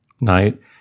night